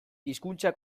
hizkuntza